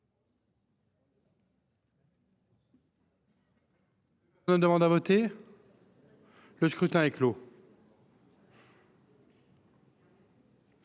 Le scrutin est clos.